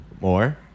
More